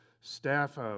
staff